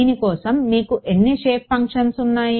దీని కోసం మీకు ఎన్ని షేప్ ఫంక్షన్స్ ఉన్నాయి